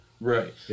Right